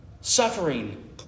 suffering